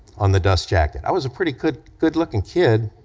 on the dust jacket, i was a pretty good good looking kid,